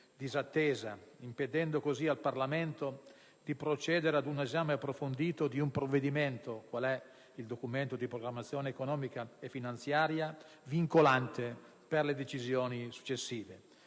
disattesa, impedendo così al Parlamento di procedere a un esame approfondito di un provvedimento, qual è il Documento di programmazione economico-finanziaria, vincolante per le decisioni successive.